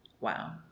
Wow